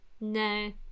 No